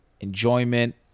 enjoyment